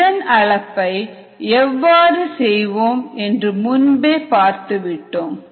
இந்த அளப்பை எவ்வாறு செய்வோம் என்று முன்பே பார்த்துவிட்டோம்